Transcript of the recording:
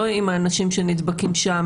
לא אם האנשים שנדבקים שם,